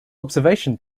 observation